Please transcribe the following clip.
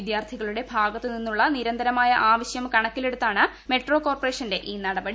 വിദ്യാർത്ഥികളുടെ ഭാഗത്തു നിന്നുള്ള നിരന്തരമായ ആവശ്യം കണക്കിലെടുത്താണ് മെട്രോ കോർപറേഷന്റെ ഈ നടപടി